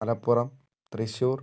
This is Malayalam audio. മലപ്പുറം തൃശ്ശൂർ